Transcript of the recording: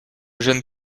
gêne